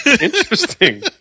Interesting